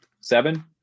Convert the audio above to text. seven